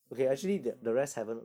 mm